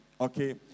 okay